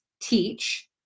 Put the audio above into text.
teach